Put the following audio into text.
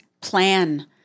plan